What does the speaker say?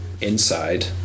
inside